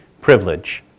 privilege